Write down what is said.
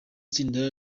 tsinda